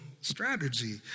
strategy